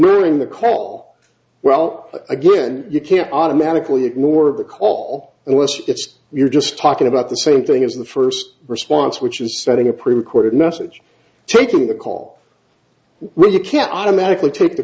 ignoring the call well again you can't automatically ignore the call and wish if you're just talking about the same thing as the first response which is sending a prerecorded message taking the call when you can't automatically take the